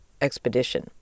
expedition